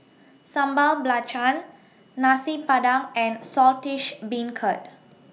Sambal Belacan Nasi Padang and Saltish Beancurd